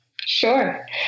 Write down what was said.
Sure